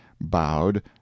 bowed